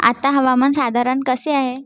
आता हवामान साधारण कसे आहे